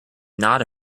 not